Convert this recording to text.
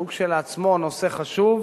שהוא כשלעצמו נושא חשוב,